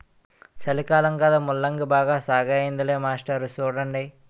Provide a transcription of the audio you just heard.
సలికాలం కదా ముల్లంగి బాగా సాగయ్యిందిలే మాస్టారు సూడండి